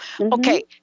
Okay